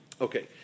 Okay